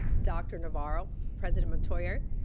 dr. navarro, president metoyer,